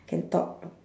can talk